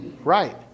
Right